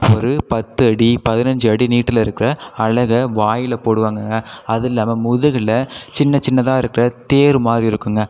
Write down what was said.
ஒரு பத்து அடி பதினஞ்சு அடி நீட்டில் இருக்கிற அலக வாயில் போடுவாங்கங்க அது இல்லாம முதுகில் சின்ன சின்னதாக இருக்கிற தேர் மாதிரி இருக்குங்க